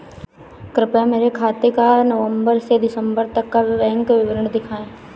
कृपया मेरे खाते का नवम्बर से दिसम्बर तक का बैंक विवरण दिखाएं?